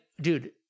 dude